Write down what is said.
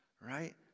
right